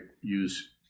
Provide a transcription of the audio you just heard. use